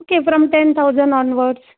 okay from ten thousand onwards